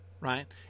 right